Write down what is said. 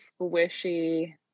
squishy